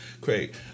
great